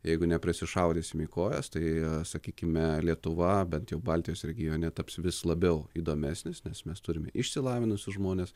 jeigu neprisišaudysim į kojas tai sakykime lietuva bent jau baltijos regione taps vis labiau įdomesnis nes mes turime išsilavinusius žmones